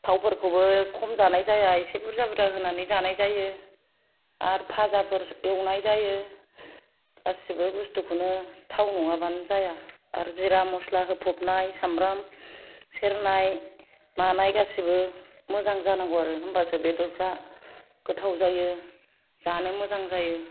बिदिनो थावफोरखौबो खम होनानै जानाय जाया एसे बुरजा बुरजा होना जानाय जायो आरो फाजाफोर एउनाय जायो गासिबो बुसथुखौनो थाव नङाबानो जाया जिरा मस्ला होफबनाय सामब्राम सेरनाय मानाय गासिबो मोजां जानांगौ आरो होमबासो बेदरफ्रा गोथाव जायो जानो मोजां जायो